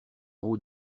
haut